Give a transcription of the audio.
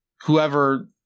whoever